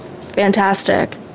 Fantastic